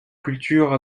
culture